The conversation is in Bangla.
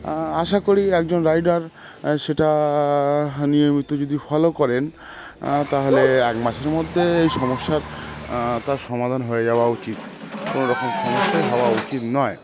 আশা করি একজন রাইডার সেটা নিয়মিত যদি ফলো করেন তাহলে এক মাসের মধ্যে এই সমস্যার তার সমাধান হয়ে যাওয়া উচিত কোনও রকম সমস্যাই হওয়া উচিত নয়